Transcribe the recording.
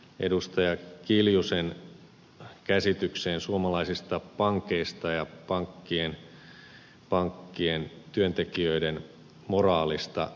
kimmo kiljusen käsitykseen suomalaisista pankeista ja pankkien työntekijöiden moraalista